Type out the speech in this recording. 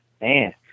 man